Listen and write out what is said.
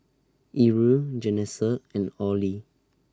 Irl Janessa and Orley